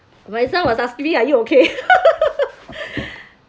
my son was asking me are you okay